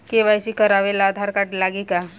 KYC करावे ला Aadhaar card लागी का?